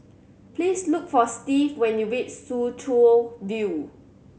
please look for Steve when you reach Soo Chow View